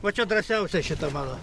va čia drąsiausia šita mano